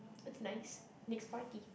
it's nice next party